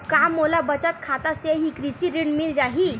का मोला बचत खाता से ही कृषि ऋण मिल जाहि?